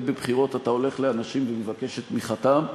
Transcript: בבחירות אתה הולך לאנשים ומבקש את תמיכתם,